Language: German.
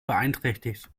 beeinträchtigt